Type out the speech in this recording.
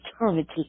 eternity